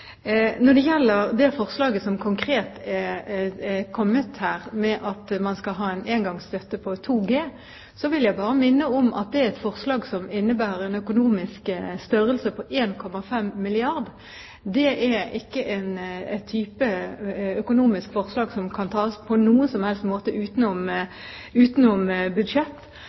Når det gjelder det konkrete forslaget om å ha en engangsstønad på 2 G, vil jeg bare minne om at det er et forslag som innebærer en økonomisk størrelse på 1,5 milliarder kr. Det er ikke en type forslag som kan vedtas på noen som helst måte utenom